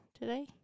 today